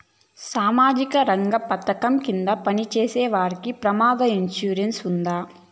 సామాజిక రంగ పథకం కింద పని చేసేవారికి ప్రమాద ఇన్సూరెన్సు ఉందా?